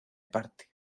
parte